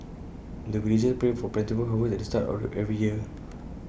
the villagers pray for plentiful harvest at the start of every year